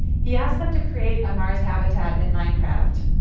he asked them to create a mars habitat in minecraft.